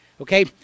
okay